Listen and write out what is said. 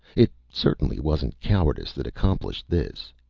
it certainly wasn't cowardice that accomplished this.